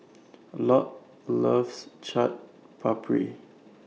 Lott loves Chaat Papri